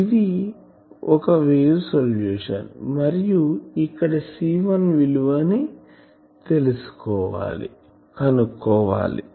ఇది ఒక wave solution మరియు ఇక్కడ C1 విలువని కనుక్కోవాలి